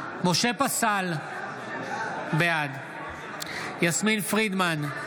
פסל, בעד יסמין פרידמן,